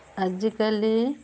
ଆଜିକାଲି